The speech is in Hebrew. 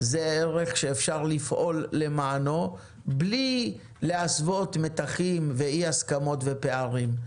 זה ערך שאפשר לפעול למענו בלי להסוות מתחים ואי הסכמות ופערים.